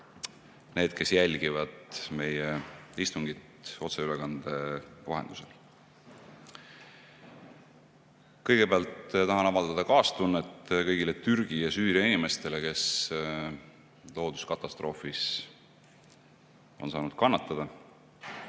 Need, kes jälgivad meie istungit otseülekande vahendusel! Kõigepealt tahan avaldada kaastunnet kõigile Türgi ja Süüria inimestele, kes looduskatastroofis on saanud kannatada.